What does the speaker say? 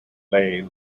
leigh